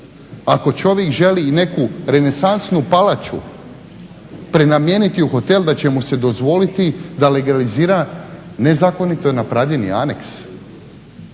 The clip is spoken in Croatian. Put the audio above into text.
ako čovjek želi neku renesansnu palaču prenamijeniti u hotel da će mu se dozvoliti da legalizira nezakonito napravljeni aneks?